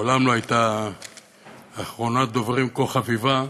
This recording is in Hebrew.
מעולם לא הייתה אחרונת-דוברים כה חביבה,